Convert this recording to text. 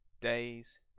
Days